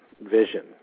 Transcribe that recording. vision